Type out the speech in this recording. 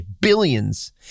billions